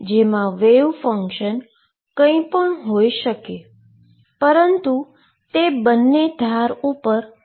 જેમા wave function કંઈ પણ હોઈ શકે છે પરંતુ તે બંને ધાર ઉપર શુન્ય થાય છે